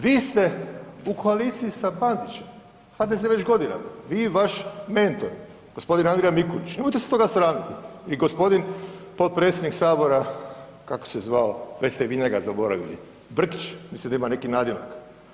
Vi ste u koaliciji sa Bandićem HDZ-e već godinama, vi i vaš mentor gospodin Andrija Mikulić, nemojte se toga sramiti i gospodin potpredsjednik Sabora kako se zvao, već ste vi njega zaboravili, Brkić mislim da ima neki nadimak.